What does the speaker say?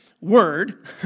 word